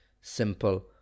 simple